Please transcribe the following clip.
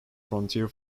frontier